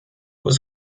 was